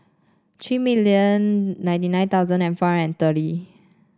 three million ninety nine thousand and four hundred and thirty